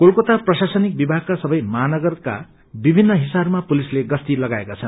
कोलकाता प्रशासनिक विभागका सबै महानगरका विभिन्न हिस्साहरूमा पुलिसले गस्ती लगाएका छन्